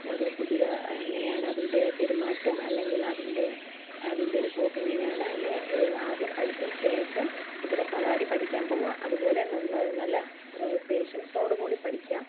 ഓരോ കുതിര എങ്ങനെയാണ് അതിൻ്റെ പെരുമാറ്റം അല്ലെങ്കിൽ അതിൻ്റെ അതിൻ്റൊരു പോക്ക് എങ്ങനെയാണ് എന്ന് ആദ്യം പഠിച്ചതിനു ശേഷം കുതിര സവാരി പഠിക്കാൻ പോവുക അതുപോലെ നല്ല പേഷ്യൻസോടുകൂടി പഠിക്കുക